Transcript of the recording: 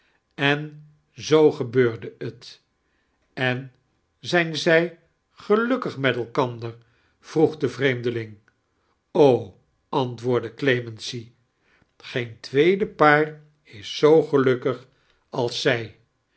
en zoo gebaurde het en zijn zij geiukkig met elkander vroeg de vreemdeling antwoordde clemency ge n tweede paar is zoo getokkig als zij